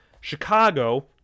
chicago